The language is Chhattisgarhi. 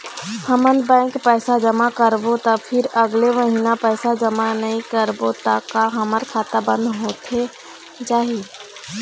हमन बैंक पैसा जमा करबो ता फिर अगले महीना पैसा जमा नई करबो ता का हमर खाता बंद होथे जाही?